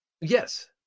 Yes